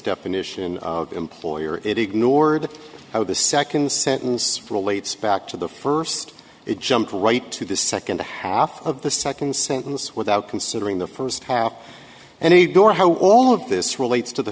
step initiation employer it ignored how the second sentence relates back to the first it jumped right to the second half of the second sentence without considering the first half and he bore how all of this relates to the